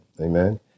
Amen